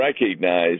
recognize